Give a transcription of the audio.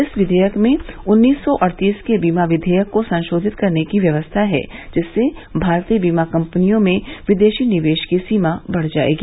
इस विधेयक में उन्नीस सौ अड़तीस के बीमा विधेयक को संशोधित करने की व्यवस्था है जिससे भारतीय बीमा कंपनियों में विदेशी निवेश की सीमा बढ़ जाएगी